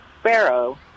sparrow